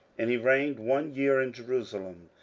and he reigned one year in jerusalem.